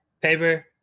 paper